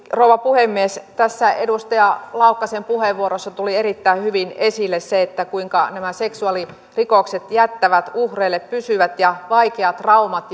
rouva puhemies tässä edustaja laukkasen puheenvuorossa tuli erittäin hyvin esille se kuinka nämä seksuaalirikokset jättävät uhreille pysyvät ja vaikeat traumat